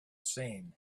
seen